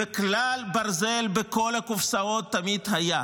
וכלל ברזל בכל הקופסאות תמיד היה: